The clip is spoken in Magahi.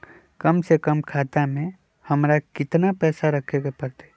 कम से कम खाता में हमरा कितना पैसा रखे के परतई?